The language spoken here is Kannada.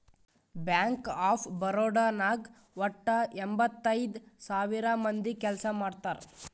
ಬ್ಯಾಂಕ್ ಆಫ್ ಬರೋಡಾ ನಾಗ್ ವಟ್ಟ ಎಂಭತ್ತೈದ್ ಸಾವಿರ ಮಂದಿ ಕೆಲ್ಸಾ ಮಾಡ್ತಾರ್